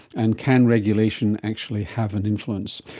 and can regulation actually have an influence?